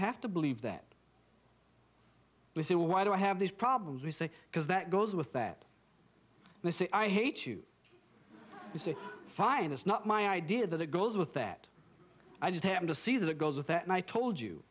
have to believe that we say well why do i have these problems we say because that goes with that and i say i hate you you say fine it's not my idea that it goes with that i just happen to see that goes with that and i told you